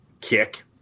kick